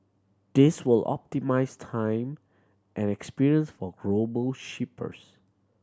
this will optimise time and experience for global shippers